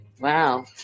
wow